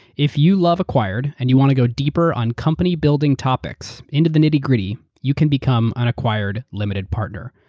if you love acquired and you want to go deeper on company-building topics into the nitty-gritty, you can become an acquired limited partner.